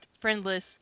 friendless